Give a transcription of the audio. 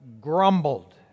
grumbled